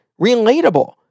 Relatable